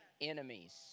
enemies